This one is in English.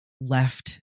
left